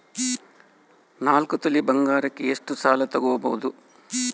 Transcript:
ನಾಲ್ಕು ತೊಲಿ ಬಂಗಾರಕ್ಕೆ ಎಷ್ಟು ಸಾಲ ತಗಬೋದು?